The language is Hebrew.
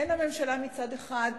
הן הממשלה מצד אחד,